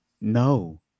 No